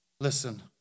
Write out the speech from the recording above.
listen